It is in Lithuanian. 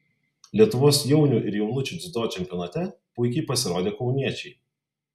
lietuvos jaunių ir jaunučių dziudo čempionate puikiai pasirodė kauniečiai